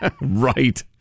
Right